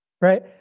Right